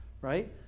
right